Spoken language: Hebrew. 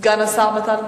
סגן השר מתן וילנאי?